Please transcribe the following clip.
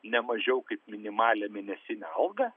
ne mažiau kaip minimalią mėnesinę algą